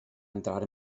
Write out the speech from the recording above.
entrar